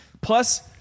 Plus